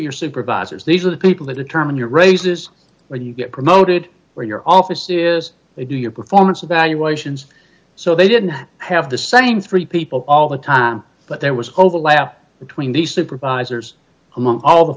your supervisors these are the people the determine your raises where you get promoted where your office is they do your performance evaluations so they didn't have the same three people all the time but there was overlap between the supervisors among all the